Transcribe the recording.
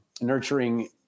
nurturing